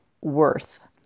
worth